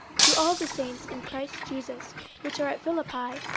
to all the saints in christ jesus which are at philippi,